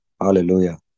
Hallelujah